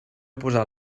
posat